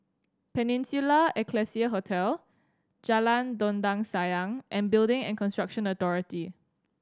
Peninsula Excelsior Hotel Jalan Dondang Sayang and Building and Construction Authority